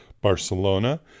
Barcelona